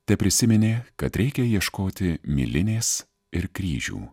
teprisiminė kad reikia ieškoti milinės ir kryžių